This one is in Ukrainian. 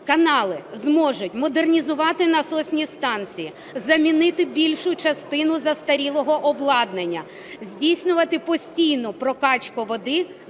канали зможуть модернізувати насосні станції, замінити більшу частину застарілого обладнання, здійснювати постійну прокачку води